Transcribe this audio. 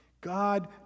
God